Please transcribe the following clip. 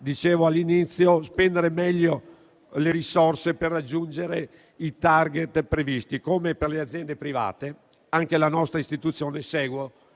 dicevo all'inizio, occorre spendere meglio le risorse per raggiungere i *target* previsti: come per le aziende private, anche la nostra istituzione segue